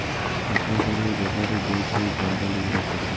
টাকা কড়ির ব্যাপারে যে ছব কম্পালি গুলা থ্যাকে